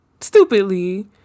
stupidly